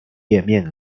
页面